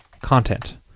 content